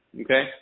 Okay